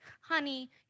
honey